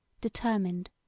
determined